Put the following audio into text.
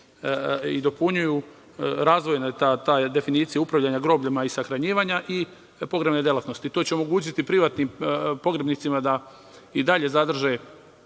i dopunjuju, razdvojena je ta definicija upravljanjima grobljima i sahranjivanjima i pogrebne delatnosti, što će omogućiti privatnim pogrebnicima da i dalje zadrže